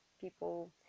People